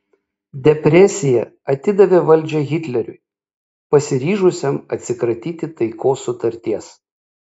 depresija atidavė valdžią hitleriui pasiryžusiam atsikratyti taikos sutarties